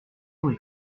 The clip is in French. joué